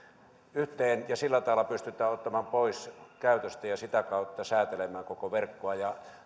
yhteen ja sillä tavalla pystytään ottamaan pois käytöstä ja sitä kautta säätelemään koko verkkoa